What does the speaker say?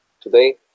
today